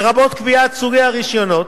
לרבות קביעת סוגי הרשיונות,